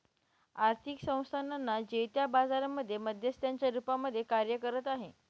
आर्थिक संस्थानांना जे त्या बाजारांमध्ये मध्यस्थांच्या रूपामध्ये कार्य करत आहे